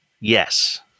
Yes